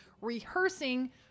rehearsing